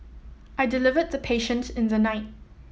I delivered the patient in the night